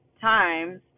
times